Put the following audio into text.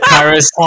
Paris